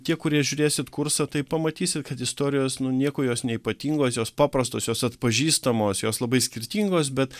tie kurie žiūrėsit kursą tai pamatysit kad istorijos nu nieko jos neypatingos jos paprastos jos atpažįstamos jos labai skirtingos bet